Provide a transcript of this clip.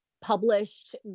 published